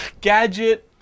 Gadget